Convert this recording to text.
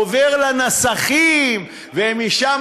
עובר לנסחים, ומשם